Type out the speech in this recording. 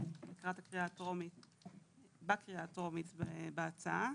בקריאה הטרומית בהצעה.